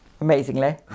amazingly